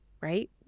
right